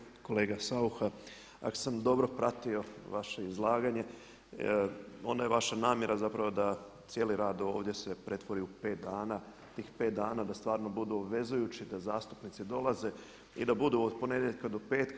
Poštovani kolega Saucha ako sam dobro pratio vaše izlaganje onda je vaša namjera zapravo da cijeli rad ovdje se pretvori u 5 dana i tih 5 dana da stvarno budu obvezujući, da zastupnici dolaze i da budu od ponedjeljka do petka.